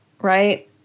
Right